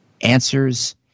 Answers